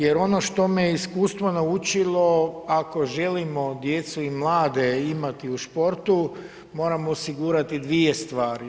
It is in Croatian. Jer ono što me iskustvo naučilo, ako želimo djecu i mlade imati u športu moramo osigurati dvije stvari.